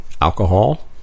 alcohol